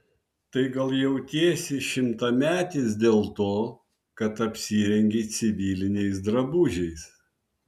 tai gal jautiesi šimtametis dėl to kad apsirengei civiliniais drabužiais